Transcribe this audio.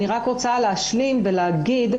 אני רק רוצה להשלים ולהגיד,